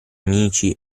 amici